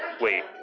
wait